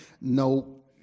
no